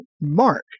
mark